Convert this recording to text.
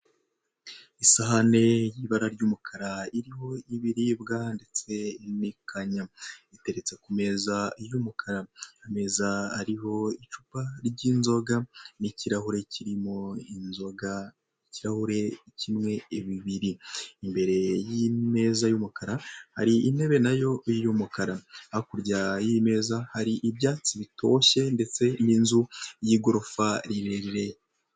Isahane y'ibara ry'umukara iriho ibiribwa ndetse n'ikanya, iteretse ku meza y'umukara. Ameza ariho icupa ry'inzoga n'ikirahure kirimo inzoga, ikirahure kimwe bibiri imbere y'imeza y'umukara hari intebe nayo y'umukara, hakurya y'imeza hari ibyatsi bitoshye ndetse n'inzu y'igorofa rirerire.